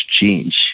change